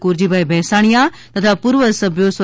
કુરજીભાઇ ભેંસાણિયા તથા પૂર્વ સભ્યો સ્વ